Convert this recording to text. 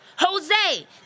Jose